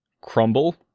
Crumble